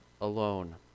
alone